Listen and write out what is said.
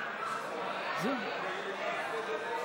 חברי הכנסת רוברט אילטוב,